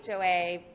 HOA